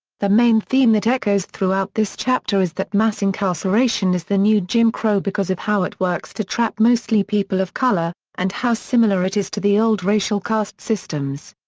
the main theme that echoes throughout this chapter is that mass incarceration is the new jim crow because of how it works to trap mostly people of color, and how similar it is to the old racial caste systems.